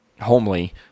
homely